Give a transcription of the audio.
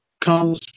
comes